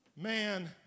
man